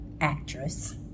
actress